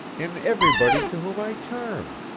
in everybody to whom i turn.